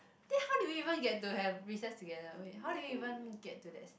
then how do we even get to have recess together wait how do we even get to that